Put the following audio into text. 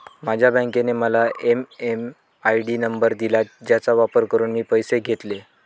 माझ्या बँकेने मला एम.एम.आय.डी नंबर दिला ज्याचा वापर करून मी पैसे घेतले